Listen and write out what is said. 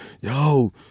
yo